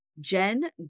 Jen